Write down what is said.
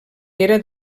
era